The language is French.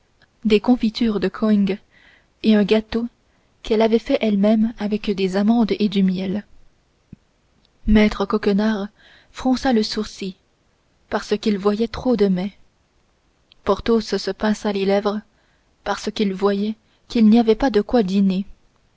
des confitures de coings et un gâteau qu'elle avait fait elle-même avec des amandes et du miel maître coquenard fronça le sourcil parce qu'il voyait trop de mets porthos se pinça les lèvres parce qu'il voyait qu'il n'y avait pas de quoi dîner